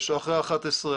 אחרי 11,